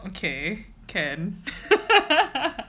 okay can